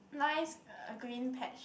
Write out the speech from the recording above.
nice a green patch